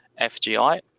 FGI